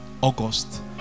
August